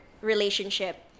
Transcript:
relationship